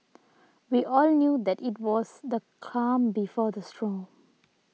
we all knew that it was the calm before the storm